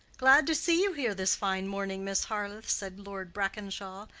glad to see you here this fine morning, miss harleth, said lord brackenshaw,